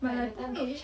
but like 不会